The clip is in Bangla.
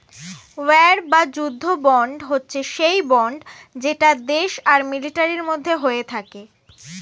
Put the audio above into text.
ওয়ার বা যুদ্ধ বন্ড হচ্ছে সেই বন্ড যেটা দেশ আর মিলিটারির মধ্যে হয়ে থাকে